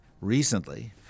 Recently